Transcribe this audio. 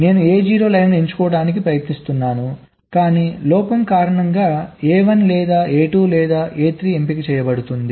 నేను A0 line ఎంచుకోవడానికి ప్రయత్నిస్తున్నాను కానీ లోపం కారణంగా A1 లేదా A2 లేదా A3 ఎంపిక చేయబడుతోంది